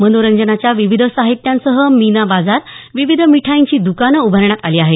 मनोरंजनाच्या विविध साहित्यांसह मीना बाजार विविध मिठाईची द्कानं उभारण्यात आली आहेत